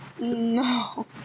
No